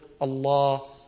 Allah